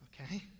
okay